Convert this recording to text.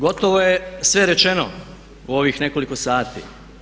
Gotovo je sve rečeno u ovih nekoliko sati.